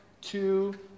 two